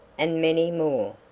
and many more,